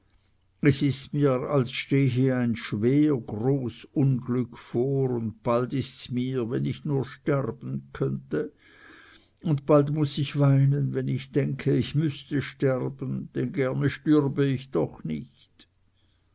es ist mir es stehe ein schwer groß unglück vor und bald ists mir wenn ich nur sterben könnte und bald muß ich weinen wenn ich denke ich müßte sterben denn gerne stürbe ich doch nicht